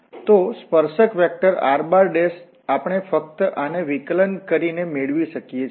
તો સ્પર્શક vector r આપણે ફક્ત આને વિકલન કરીને મેળવી શકીએ છીએ